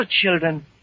children